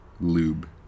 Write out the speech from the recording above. lube